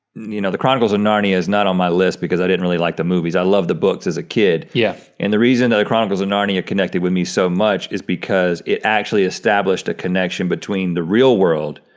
you know, the chronicles of narnia is not on my list because i didn't really like the movies. i loved the books as a kid. yeah. and the reason that the chronicles of narnia connected with me so much is because it actually established a connection between the real world,